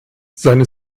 seine